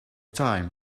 time